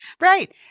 Right